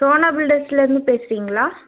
சோனா பில்டர்ஸ்லிருந்து பேசுகிறிங்களா